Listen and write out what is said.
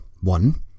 One